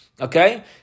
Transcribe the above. Okay